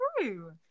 true